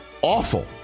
awful